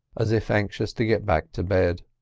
as if anxious to get back to bed,